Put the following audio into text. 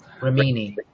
Ramini